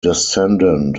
descendant